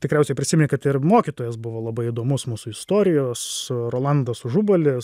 tikriausiai prisimeni kad ir mokytojas buvo labai įdomus mūsų istorijos rolandas užubalis